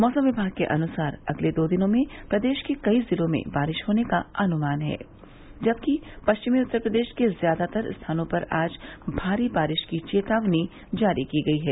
मौसम विभाग के अनुसार अगले दो दिनों में प्रदेश के कई जिलों में बारिश होने का अनुमान है जबकि पश्चिमी उत्तर प्रदेश के ज्यादातर स्थानों पर आज भारी बारिश की चेतावनी जारी की गई है